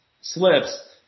slips